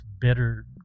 better